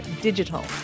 digital